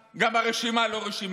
כי כל התקציב של המגזר הדרוזי בנוי,